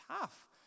tough